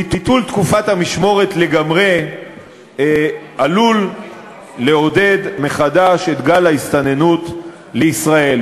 ביטול תקופת המשמורת לגמרי עלול לעודד מחדש את גל ההסתננות לישראל.